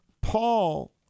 Paul